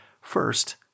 first